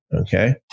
Okay